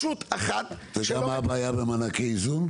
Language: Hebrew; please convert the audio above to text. אתה יודע מה הבעיה במענקי האיזון?